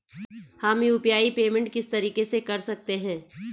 हम UPI payment किस तरीके से कर सकते हैं?